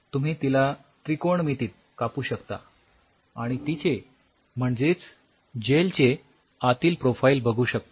तुम्ही तिला त्रिकोणमितीत कापू शकता आणि तिचे म्हणजेच जेल चे आतील प्रोफाइल बघू शकता